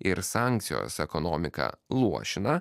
ir sankcijos ekonomiką luošina